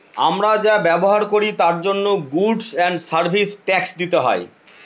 আমরা যা ব্যবহার করি তার জন্য গুডস এন্ড সার্ভিস ট্যাক্স দিতে হয়